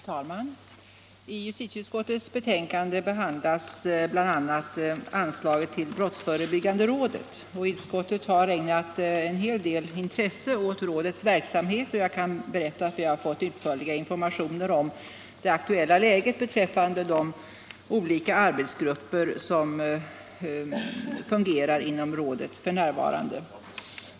Fru talman! I justitieutskottets betänkande behandlas bl.a. anslaget till brottsförebyggande rådet, och utskottet har ägnat en hel del intresse åt rådets verksamhet. Vi har fått utförliga informationer om det aktuella läget beträffande de olika arbetsgrupper som f. n. fungerar inom rådet.